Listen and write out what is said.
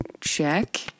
Check